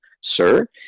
Sir